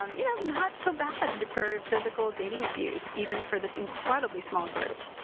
um you know not so bad and for physical dating abuse, even for this incredibly small group.